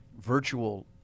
virtual